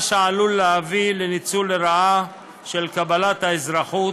מה שעלול להביא לניצול לרעה של קבלת האזרחות